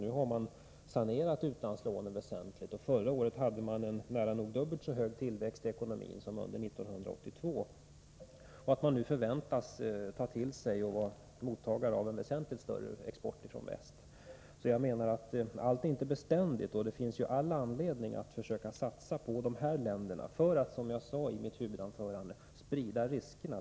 Nu har man sanerat utlandslånen väsentligt, och förra året hade man en nära nog dubbelt så hög tillväxt i ekonomin som under 1982. Man förväntar sig nu bli mottagare av en väsentligt större export från väst. Allt är alltså inte beständigt, och det finns all anledning att försöka satsa på dessa länder för att, som jag sade i mitt huvudanförande, sprida riskerna.